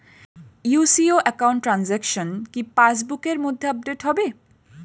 UCO account transaction কি পাস বুকের মধ্যে আপডেট হবে?